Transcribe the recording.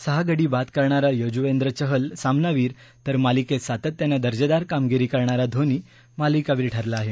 सहा गडी बाद करणारा यूजवेंद्र चहल सामनावीर तर मालिकेत सातत्यानं दर्जेदार कामगिरी करणारा धोनी मालिकावीर ठरला आहे